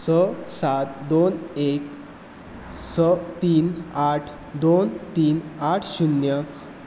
स सात दोन एक स तीन आठ दोन तीन आठ शुन्य